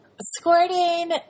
squirting